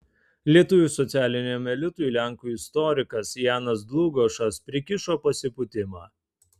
lietuvių socialiniam elitui lenkų istorikas janas dlugošas prikišo pasipūtimą